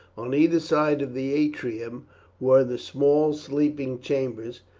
on either side of the atrium were the small sleeping chambers,